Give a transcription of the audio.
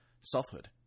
selfhood